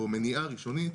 או מניעה ראשונית,